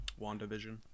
wandavision